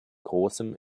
großem